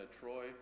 Troy